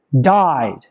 died